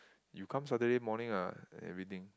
you come Saturday morning ah and everything